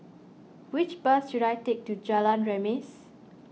which bus should I take to Jalan Remis